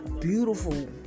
beautiful